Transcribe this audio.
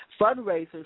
fundraisers